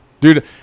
dude